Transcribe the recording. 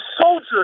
soldier